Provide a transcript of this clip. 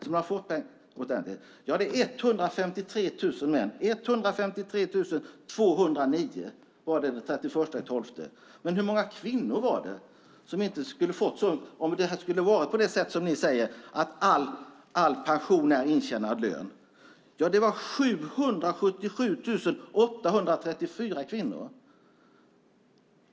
Jo, den 31 december var det 153 209 män. Och hur många kvinnor skulle beröras om det var så som ni säger, att all pension är intjänad lön? Jo, det skulle vara 777 834 kvinnor.